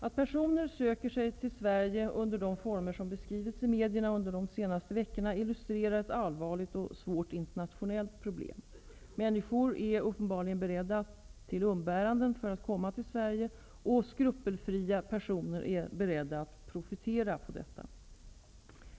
Att personer söker sig till Sverige under de former som beskrivits i medierna under de senaste veckorna illustrerar ett allvarligt och svårt internationellt problem. Människor är uppenbarligen beredda till umbäranden för att komma till Sverige, och skrupelfria personer är beredda att profitera på detta.